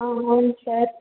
అవును సార్